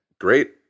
great